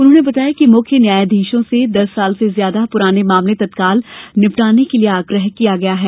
उन्हॉने बताया कि मुख्य न्यायाधीशों से दस साल से ज्यादा पुराने मामले तत्काल निपटाने के लिए आग्रह किया गया है